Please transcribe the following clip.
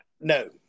No